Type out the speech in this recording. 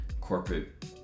corporate